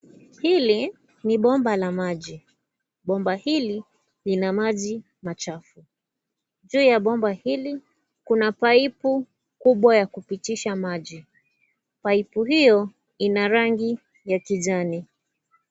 Hili ni bomba la maji, bomba hili lina maji machafu juu ya bomba hili kuna pipe kubwa ya kupitisha maji pipe hiyo ina rangi ya kijani.